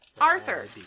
Arthur